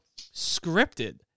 scripted